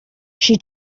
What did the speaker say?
she